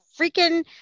freaking